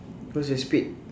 what's the speed